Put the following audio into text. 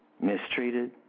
mistreated